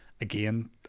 Again